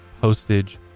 postage